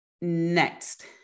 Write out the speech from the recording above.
Next